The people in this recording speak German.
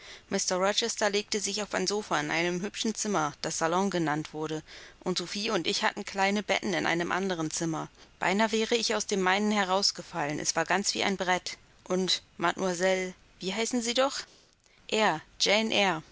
legte sich auf ein sofa in einem hübschen zimmer das salon genannt wurde und sophie und ich hatten kleine betten in einem anderen zimmer beinahe wäre ich aus dem meinen heraus gefallen es war ganz wie ein brett und mademoiselle wie heißen sie doch eyre